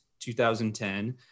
2010